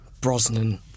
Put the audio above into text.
Brosnan